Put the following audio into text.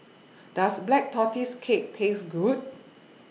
Does Black Tortoise Cake Taste Good